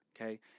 okay